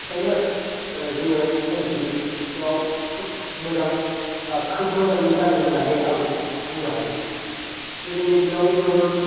ओंखायनो जोङो साइनटिफिकआव खोब मोजां बा खोब मोजाङै जादों होननानै आं बुंनो हायो गोदोनि दिनाव जोङो